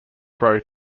grow